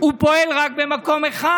הוא פועל רק במקום אחד.